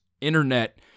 internet